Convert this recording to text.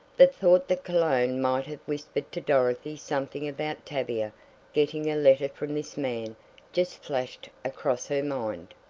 the thought that cologne might have whispered to dorothy something about tavia getting a letter from this man just flashed across her mind.